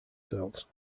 cells